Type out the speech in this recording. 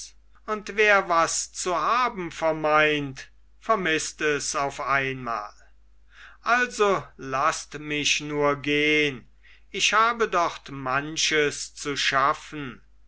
und wer was zu haben vermeint vermißt es auf einmal also laßt mich nur gehn ich habe dort manches zu schaffen